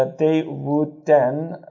and they would then